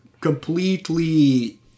completely